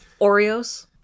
Oreos